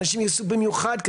אנשים יסעו במיוחד.